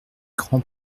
grand